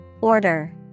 Order